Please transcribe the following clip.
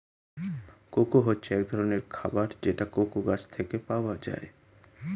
cocoa হচ্ছে এক ধরনের খাবার যেটা কোকো গাছ থেকে পাওয়া যায়